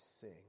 sing